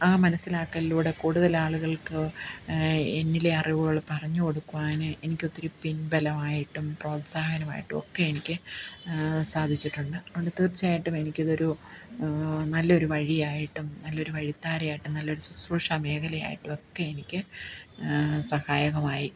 ആ മനസ്സിലാക്കലിലൂടെ കൂടുതലാളുകൾക്ക് എന്നിലെ അറിവുകൾ പറഞ്ഞ് കൊടുക്കുവാൻ എനിക്കൊത്തിരി പിൻബലമായിട്ടും പ്രോത്സാഹനമായിട്ടുമൊക്കെ എനിക്ക് സാധിച്ചിട്ടുണ്ട് അതുകൊണ്ട് തീർച്ചയായിട്ടുമെനിക്കിതൊരു നല്ലൊരു വഴിയായിട്ടും നല്ലൊരു വഴിത്താര ആയിട്ടും നല്ലൊരു ശുശ്രൂഷ മേഖലയായിട്ടുമൊക്കെ എനിക്ക് സഹായകമായി